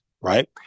right